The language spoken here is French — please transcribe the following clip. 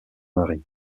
mari